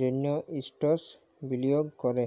জন্হে এসেটস বিলিয়গ ক্যরে